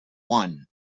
one